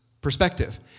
perspective